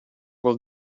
will